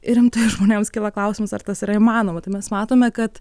rimtai žmonėms kyla klausimas ar tas yra įmanoma tai mes matome kad